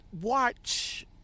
watch